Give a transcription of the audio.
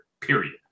Period